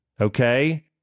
Okay